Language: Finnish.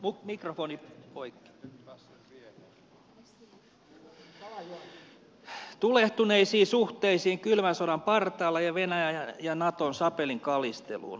o mikrofoni voi johtanut tulehtuneisiin suhteisiin kylmän sodan partaalle ja venäjän ja naton sapelinkalisteluun